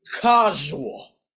casual